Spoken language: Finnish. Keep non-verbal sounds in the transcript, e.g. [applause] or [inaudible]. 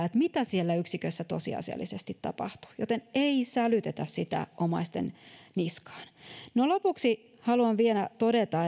tietää mitä siellä yksikössä tosiasiallisesti tapahtuu joten ei sälytetä sitä omaisten niskaan lopuksi haluan vielä todeta [unintelligible]